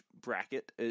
bracket